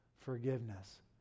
forgiveness